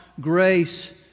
grace